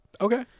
Okay